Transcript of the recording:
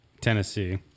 Tennessee